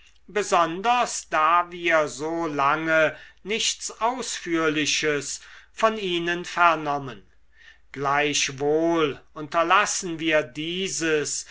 besonders da wir so lange nichts ausführliches von ihnen vernommen gleichwohl unterlassen wir dieses